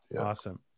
Awesome